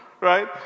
right